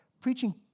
preaching